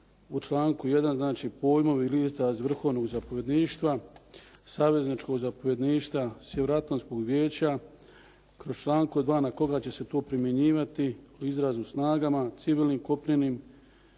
u članku 1. pojmovi ... vrhovnog zapovjedništva, savezničkog zapovjedništva Sjevernoatlantskog vijeća kroz članak 2. na koga će se to primjenjivati o izrazu snagama civilnim, kopnenim,